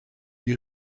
die